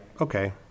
okay